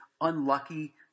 Unlucky